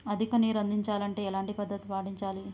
అధిక నీరు అందించాలి అంటే ఎలాంటి పద్ధతులు పాటించాలి?